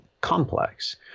complex